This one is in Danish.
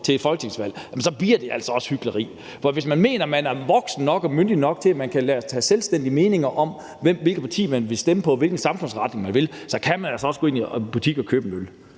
ved et folketingsvalg. Så bliver det altså også hykleri. For hvis de mener, man er voksen nok og myndig nok til, at man kan have en selvstændig mening om, hvilket parti man vil stemme på, og hvilken samfundsretning man ønsker, må de også mene, man også skal